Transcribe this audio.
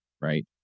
right